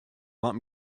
want